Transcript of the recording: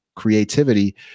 creativity